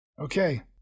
Okay